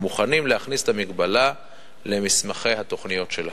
הם מוכנים להכניס את ההגבלה למסמכי התוכניות שלהם.